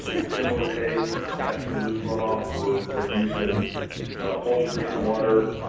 similar case, capturing roof runoff for for use in poultry drinking water.